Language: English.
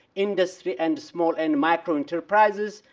industry, and small and micro enterprises,